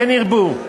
כן ירבו,